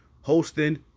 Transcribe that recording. hosting